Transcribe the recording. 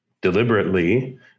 deliberately